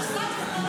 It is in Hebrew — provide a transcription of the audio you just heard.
התשפ"ג 2023,